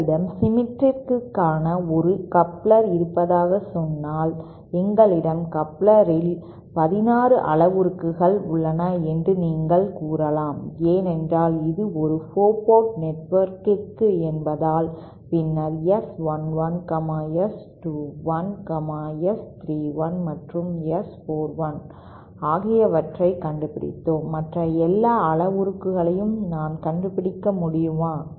உங்களிடம் சிம்மெற்றிக்கான ஒரு கப்ளர் இருப்பதாகக் சொன்னால் எங்களிடம் கப்ளர் இல் 16 அளவுருக்கள் உள்ளன என்று நீங்கள் கூறலாம் ஏனென்றால் இது ஒரு 4 போர்ட் நெட்வொர்க் என்பதால் பின்னர் S 11 S 21 S 31 மற்றும் S 41 ஆகியவற்றைக் கண்டுபிடித்தோம் மற்ற எல்லா அளவுருக்களையும் நான் கண்டுபிடிக்க முடியுமா